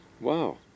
Wow